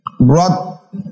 brought